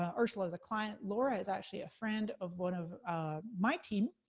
ah ursula's a client, laura is actually a friend of one of my team.